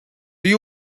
you